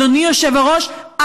אדוני היושב-ראש,